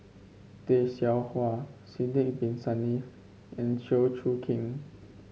Tay Seow Huah Sidek Bin Saniff and Chew Choo Keng